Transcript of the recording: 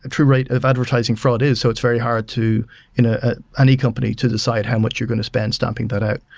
ah true rate of advertising fraud is, so it's very hard to ah any company to decide how much you're going to spend stomping that out.